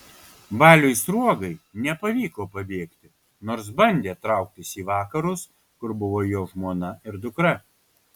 baliui sruogai nepavyko pabėgti nors bandė trauktis į vakarus kur buvo jo žmona ir dukra